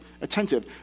attentive